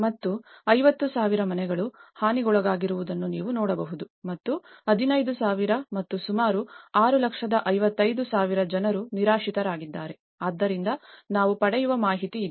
ಮತ್ತು 50000 ಮನೆಗಳು ಹಾನಿಗೊಳಗಾಗಿರುವುದನ್ನು ನೀವು ನೋಡಬಹುದು ಮತ್ತು 15000 ಮತ್ತು ಸುಮಾರು 655000 ಜನರು ನಿರಾಶ್ರಿತರಾಗಿದ್ದಾರೆ ಆದ್ದರಿಂದ ನಾವು ಪಡೆಯುವ ಮಾಹಿತಿ ಇದು